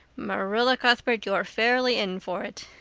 marilla cuthbert, you're fairly in for it.